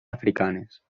africanes